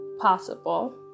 possible